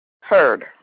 heard